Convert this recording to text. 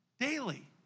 daily